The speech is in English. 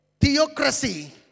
theocracy